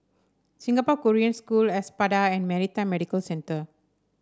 Singapore Korean School Espada and Maritime Medical Centre